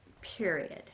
period